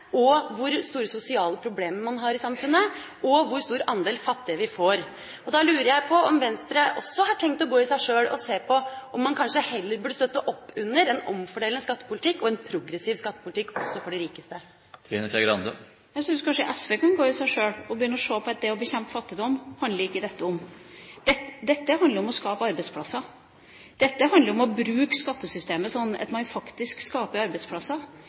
samfunnet, hvor store sosiale problemer man har i samfunnet, og hvor stor andel fattige vi får. Da lurer jeg på om Venstre også har tenkt å gå i seg sjøl og se på om man kanskje heller burde støtte opp under en omfordelende skattepolitikk og en progressiv skattepolitikk også for de rikeste. Jeg syns kanskje SV kunne gå i seg sjøl og begynne se på at dette ikke handler om å bekjempe fattigdom. Dette handler om å skape arbeidsplasser. Dette handler om å bruke skattesystemet slik at man faktisk skaper arbeidsplasser.